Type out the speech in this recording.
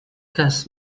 cas